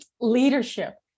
Leadership